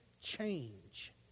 change